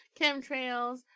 chemtrails